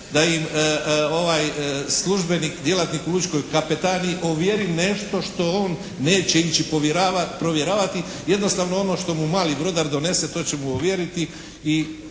da im službenik, djelatnik u lučkoj kapetaniji ovjeri nešto što on neće ići provjeravati, jednostavno ono što mu mali brodar donese to će mu ovjeriti